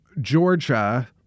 Georgia